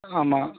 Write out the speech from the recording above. ஆமாம்